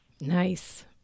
Nice